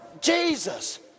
Jesus